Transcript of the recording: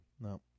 No